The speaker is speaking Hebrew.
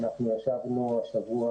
אנחנו ישבנו השבוע,